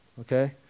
Okay